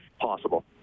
possible